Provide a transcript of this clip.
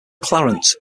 clarence